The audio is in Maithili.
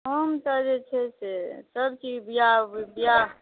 हम तऽ जे छै से सबके विवाह